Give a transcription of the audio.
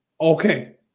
Okay